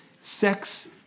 sex